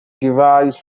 derives